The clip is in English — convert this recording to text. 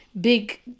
big